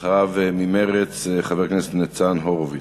אחריו, ממרצ, חבר הכנסת ניצן הורוביץ.